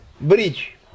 bridge